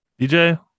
DJ